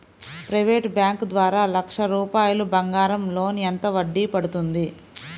Private bank ద్వారా లక్ష రూపాయలు బంగారం లోన్ ఎంత వడ్డీ పడుతుంది?